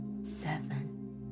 seven